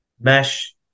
mesh